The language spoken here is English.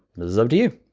this is up to you.